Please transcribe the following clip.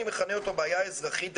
אני מכנה אותו בעיה אזרחית,